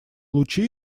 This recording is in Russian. лучи